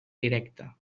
directa